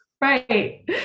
Right